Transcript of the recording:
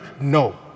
no